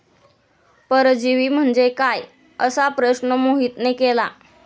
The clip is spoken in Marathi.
परजीवी म्हणजे काय? असा प्रश्न मोहितने केला